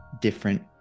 different